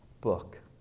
book